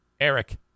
Eric